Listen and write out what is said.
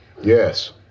yes